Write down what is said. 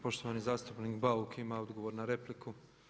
Poštovani zastupnik Bauk ima odgovor na repliku.